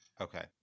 Okay